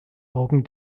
augen